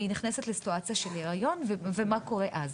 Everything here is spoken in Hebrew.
נכנסת לסיטואציה שהיא בהריון ומה קורה אז?